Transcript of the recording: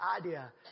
idea